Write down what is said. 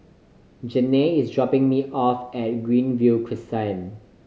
Janae is dropping me off at Greenview Crescent